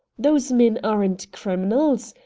those men aren't criminals.